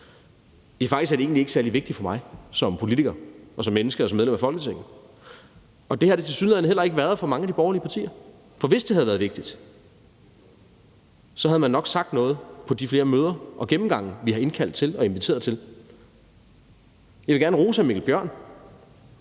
Faktisk er det ikke særlig vigtigt for mig som politiker, som menneske og som medlem af Folketinget, og det har det tilsynelande heller ikke været for mange af de borgerlige partier, for hvis det havde været vigtigt, havde man nok sagt noget på de mange møder og gennemgange, vi har indkaldt til og inviteret til. Kl. 11:52 Jeg vil gerne rose hr. Mikkel Bjørn,